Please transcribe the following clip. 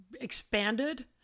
expanded